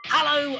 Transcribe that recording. Hello